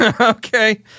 Okay